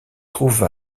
trouve